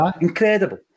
incredible